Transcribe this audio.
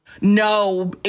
No